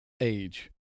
age